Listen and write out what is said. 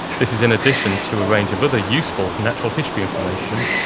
this is in addition to a range of other useful natural history information,